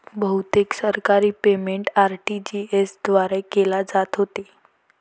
बहुतेक सरकारी payment RTGS द्वारे केले जात होते